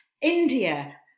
India